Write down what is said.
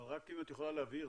אבל רק אם את יכולה להבהיר,